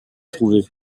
trouvé